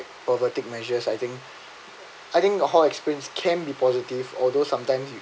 pervertic measures I think I think a hall experience can be positive although sometimes you